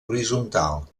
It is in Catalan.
horitzontal